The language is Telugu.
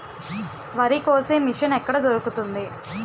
వరి కోసే మిషన్ ఎక్కడ దొరుకుతుంది?